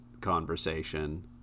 conversation